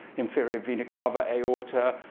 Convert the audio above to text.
inferior vena cava, aorta,